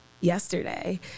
yesterday